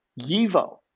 YIVO